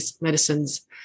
medicines